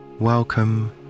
Welcome